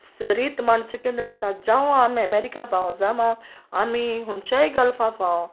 रीत माणसुगेन रावताय जावं आमी अेमेरिका पाव जावंं आमी हुंयच्याय गल्फा पावूं